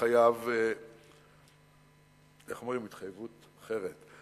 יש לי התחייבות אחרת.